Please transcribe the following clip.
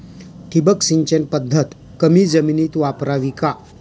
ठिबक सिंचन पद्धत कमी जमिनीत वापरावी का?